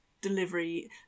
delivery